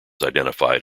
identified